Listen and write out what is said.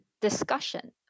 discussion